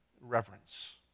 reverence